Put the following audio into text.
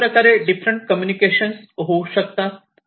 अशाप्रकारे different communication शकतात